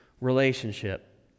relationship